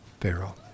Pharaoh